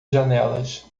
janelas